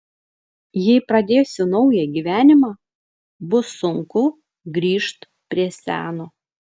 jei pradėsiu naują gyvenimą bus sunku grįžt prie seno